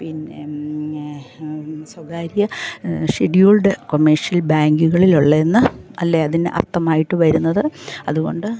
പിന്നെ സ്വകാര്യ scheduled commercial ബാങ്കുകളിൽ ഉള്ളതെന്ന് അല്ലേ അതിന് അർത്ഥമായിട്ട് വരുന്നത് അതുകൊണ്ട്